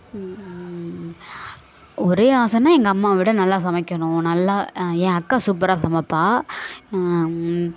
ஒரே ஆசைன்னா எங்கள் அம்மாவை விட நல்லா சமைக்கணும் நல்லா என் அக்கா சூப்பராக சமைப்பாள்